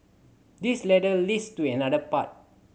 this ladder leads to another path